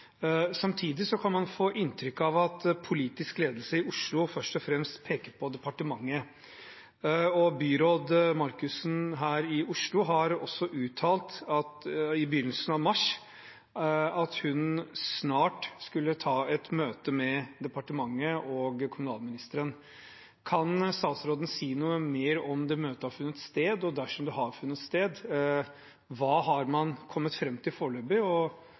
Samtidig kan man få inntrykk av at politisk ledelse i Oslo først og fremst peker på departementet. Byråd Marcussen i Oslo har også uttalt i begynnelsen av mars at hun snart skulle ha et møte med departementet og kommunalministeren. Kan statsråden si noe mer om det møtet har funnet sted? Dersom det har funnet sted, hva har man foreløpig kommet fram til?